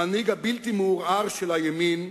המנהיג הבלתי-מעורער של הימין,